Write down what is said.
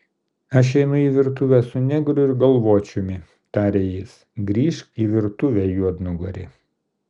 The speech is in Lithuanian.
aš einu į virtuvę su negru ir galvočiumi tarė jis grįžk į virtuvę juodnugari